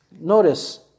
Notice